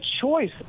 choice